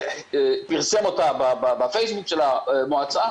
פרסם אותה בפייסבוק של המועצה,